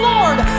Lord